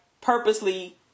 purposely